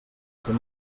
fer